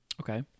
Okay